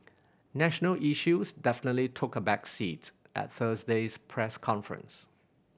national issues definitely took a back seat at Thursday's press conference